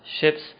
ships